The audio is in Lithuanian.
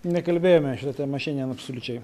nekalbėjome šita tema šiandien absoliučiai